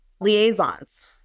liaisons